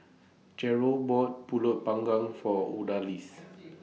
Jerrold bought Pulut Panggang For Odalis